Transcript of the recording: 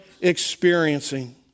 experiencing